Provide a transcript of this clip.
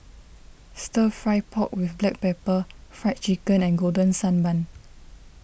Stir Fry Pork with Black Pepper Fried Chicken and Golden Sand Bun